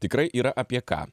tikrai yra apie ką